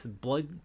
Blood